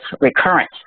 recurrence